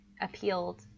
appealed